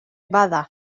bada